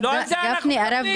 לא על זה אנחנו מדברים.